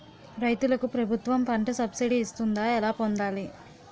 రైతులకు ప్రభుత్వం పంట సబ్సిడీ ఇస్తుందా? ఎలా పొందాలి?